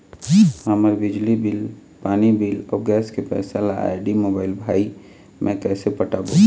हमर बिजली बिल, पानी बिल, अऊ गैस के पैसा ला आईडी, मोबाइल, भाई मे कइसे पटाबो?